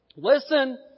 Listen